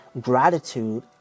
Gratitude